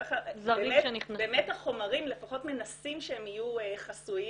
באמת החומרים, לפחות מנסים שהם יהיו חסויים